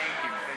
לא